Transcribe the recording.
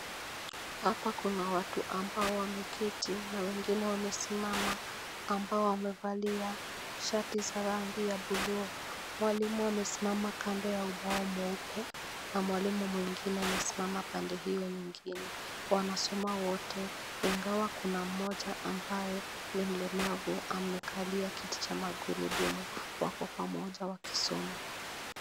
Hapa kuna watu ambao wameketi na wengine wamesimama, ambao wamevalia shati za rangi ya blue . Walimu wamesimama kando ya ubao mweupe, na mwalimu mwingine amesimama pande hiyo nyingine. Wanasoma wote, ingawa kuna mmoja ambaye, ni mlemavu amekalia kiti cha magurudumu, wako pamoja wakisoma.